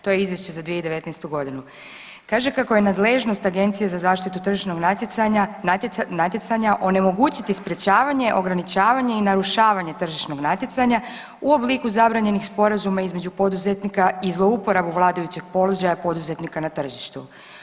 To je izvješće za 2019.g. Kaže kako je nadležnost Agencije za zaštitu tržišnog natjecanja onemogućiti sprječavanje, ograničavanje i narušavanje tržišnog natjecanja u obliku zabranjenih sporazuma između poduzetnika i zlouporabu vladajućeg položaja poduzetnika na tržištu.